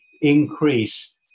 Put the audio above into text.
increase